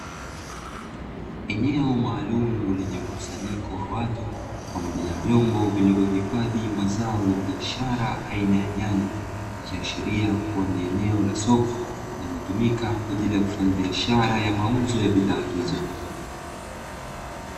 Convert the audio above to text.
Eneo maalumu, lenye mkusanyiko wa watu pamoja na vyombo vilivyohifadhi mazao ya biashara aina ya nyanya. Ikiashiria kuwa ni eneo la soko linalotumika kwa ajili ya kufanya biashara ya mauzo ya bidhaa hizo.